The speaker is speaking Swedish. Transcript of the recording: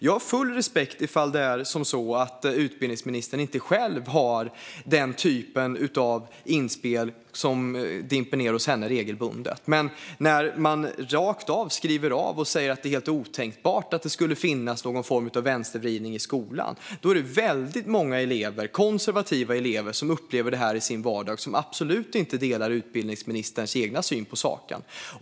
Jag har full respekt för om det är så att denna typ av inspel inte dimper ned hos utbildningsministern regelbundet, men när man avskriver detta rakt av och säger att det är helt otänkbart att det skulle finnas någon form av vänstervridning i skolan är det väldigt många elever - konservativa elever - som upplever detta i sin vardag som absolut inte delar utbildningsministerns syn på saken.